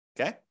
Okay